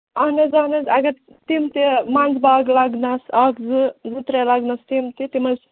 اَہَن حظ اَہَن حظ اَگر تِم تہِ منٛزباگہٕ لَگنَس اَکھ زٕ زٕ ترٛےٚ لَگنَس تِم تہِ تِمن